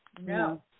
No